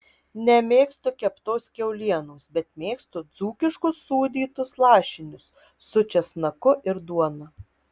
nemėgstu keptos kiaulienos bet mėgstu dzūkiškus sūdytus lašinius su česnaku ir duona